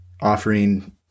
offering